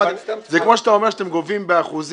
זה כמו שאתה אומר שאתם גובים באחוזים.